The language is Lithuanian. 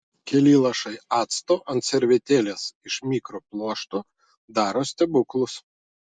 keli lašai acto ant servetėlės iš mikropluošto daro stebuklus